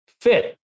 fit